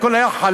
הכול היה חלק,